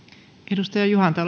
arvoisa